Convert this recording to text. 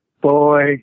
boy